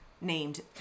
named